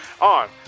on